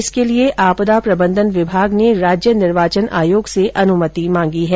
इसके लिए आपदा प्रबंधन विभाग ने राज्य निर्वाचन आयोग से अनुमति मांगी है